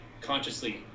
consciously